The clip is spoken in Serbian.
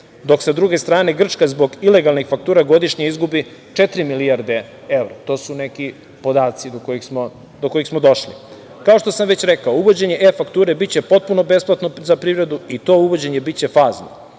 dok sa druge strane, Grčka zbog ilegalnih faktura godišnje izgubi četiri milijarde evra, to su neki podaci do kojih smo došli. Kao što sam već rekao, uvođenje e-fakture biće potpuno besplatno i to uvođenje biće fazno.